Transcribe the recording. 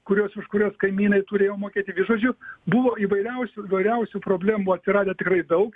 kuriuos už kuriuos kaimynai turėjo mokėti tai žodžiu buvo įvairiausių įvairiausių problemų atsiradę tikrai daug